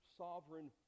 sovereign